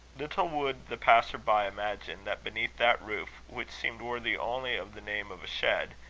little would the passer-by imagine that beneath that roof, which seemed worthy only of the name of a shed,